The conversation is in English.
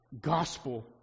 gospel